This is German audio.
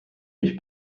mich